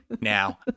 Now